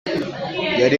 yari